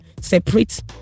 separate